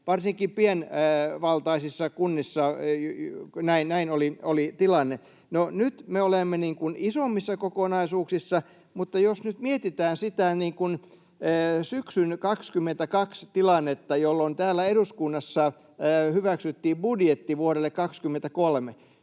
Varsinkin pienissä kunnissa näin oli tilanne. No, nyt me olemme isommissa kokonaisuuksissa, mutta jos nyt mietitään sitä syksyn 22 tilannetta, jolloin täällä eduskunnassa hyväksyttiin budjetti vuodelle 23,